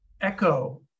echo